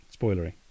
Spoilery